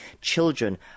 children